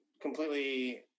completely